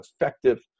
effective